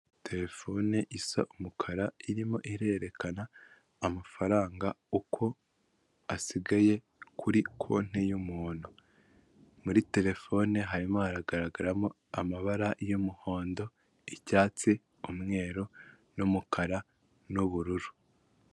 Terefone isa umukara irimo irerekana amafaranga uko asigaye kuri konti y'umuntu, muri terefone harimo hagaragaramo amabara y'umuhondo icyatsi umweru n'umukara n'ubururu.